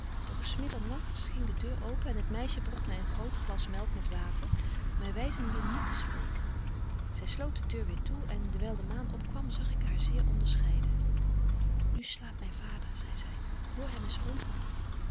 s middernagts ging de deur open en het meisje brogt my een groot glas melk met water my wyzende niet te spreken zy sloot de deur weêr toe en dewyl de maan opkwam zag ik haar zeer onderscheiden nu slaapt myn vader zei zy hoor hem eens ronken